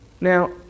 Now